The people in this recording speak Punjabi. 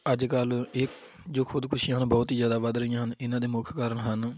ਅੱਜ ਕੱਲ੍ਹ ਇਹ ਜੋ ਖੁਦਕੁਸ਼ੀਆਂ ਹਨ ਬਹੁਤ ਹੀ ਜ਼ਿਆਦਾ ਵੱਧ ਰਹੀਆਂ ਹਨ ਇਹਨਾਂ ਦੇ ਮੁੱਖ ਕਾਰਨ ਹਨ